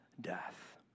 death